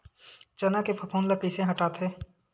चना के फफूंद ल कइसे हटाथे?